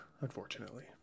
unfortunately